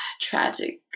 tragic